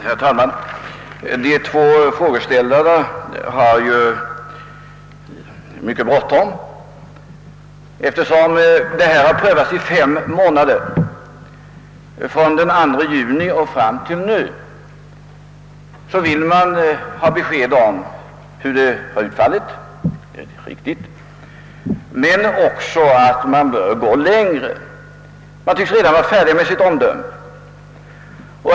Herr talman! De två frågeställarna har mycket bråttom. Eftersom det nya systemet har prövats i fem månader — från den 2 juni och fram till nu — vill frågeställarna ha besked om hur det utvecklat sig. Det är rimligt. Men frågeställarna menar också, att vi bör gå längre — de tycks redan vara färdiga med sitt omdöme.